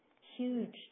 huge